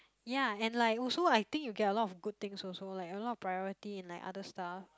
ya and like also I think you get a lot of good things also like a lot of priority and like other stuff